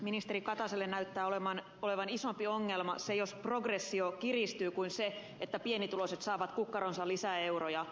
ministeri kataiselle näyttää olevan isompi ongelma se jos progressio kiristyy kuin se että pienituloiset saavat kukkaroonsa lisää euroja